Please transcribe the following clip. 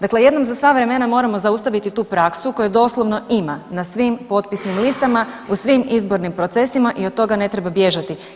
Dakle, jednom za sva vremena moramo zaustaviti tu praksu koje doslovno ima na svim potpisnim listama u svim izborim procesima i od toga ne treba bježati.